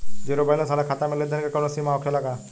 Zero balance खाता में लेन देन के कवनो सीमा होखे ला का?